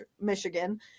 Michigan